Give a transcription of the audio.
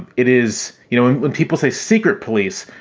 it is you know, when people say secret police,